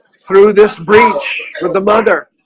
through this breach with the mother